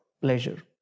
pleasure